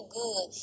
good